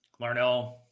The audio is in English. Larnell